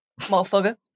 Motherfucker